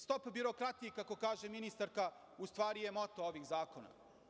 Stop birokratiji, kako kaže ministarka, u stvari je moto ovih zakona.